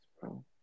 bro